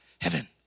heaven